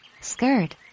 skirt